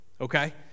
okay